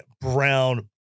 brown